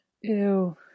Ew